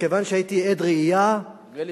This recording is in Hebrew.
מכיוון שהייתי עד ראייה, נדמה לי